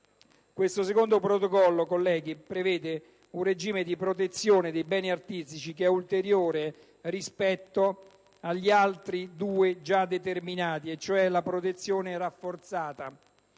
Questo secondo Protocollo prevede un regime di protezione dei beni artistici che è ulteriore rispetto agli altri due già determinati, e cioè la protezione rafforzata.